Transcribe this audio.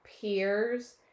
peers